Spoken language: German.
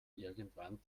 irgendwann